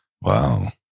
Wow